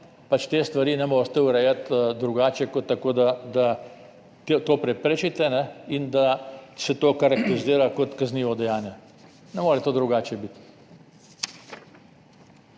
pač teh stvari ne morete urejati drugače kot tako, da to preprečite in da se to karakterizira kot kaznivo dejanje. Ne more biti drugače.